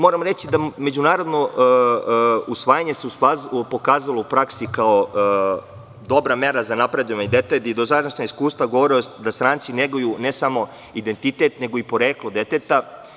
Međunarodno usvajanje se pokazalo u praksi kao dobra mera za napredovanje dece i da dosadašnja iskustva govore da stranci neguju ne samo identitet, nego i poreklo deteta.